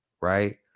right